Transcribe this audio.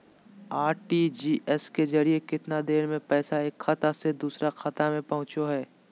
RTGS के जरिए कितना देर में पैसा एक खाता से दुसर खाता में पहुचो है?